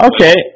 Okay